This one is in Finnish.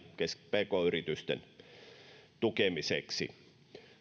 pk yritysten tukemiseksi